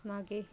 मागे